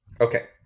Okay